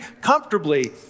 comfortably